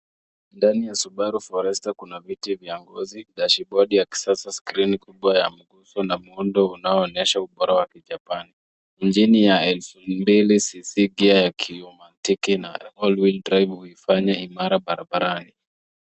Ndani ya subaru forester kuna viti vya ngozi, dashibodi ya kisasa, skrini kubwa ya mguso na muundo unaoonyesha ubora wa kijapani. Injini ya 2000cc, gia ya kiromantiki na all wheel drive huifanya imara barabarani.